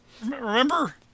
Remember